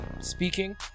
speaking